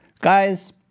Guys